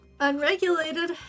Unregulated